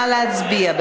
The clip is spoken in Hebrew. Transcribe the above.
נא להצביע.